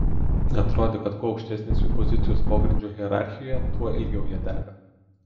atrodė kad kuo aukštesnės jų pozicijos pogrindžio hierarchijoje tuo ilgiau jie dega